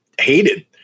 hated